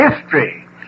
history